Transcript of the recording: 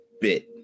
bit